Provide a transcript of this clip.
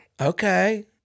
Okay